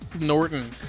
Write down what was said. Norton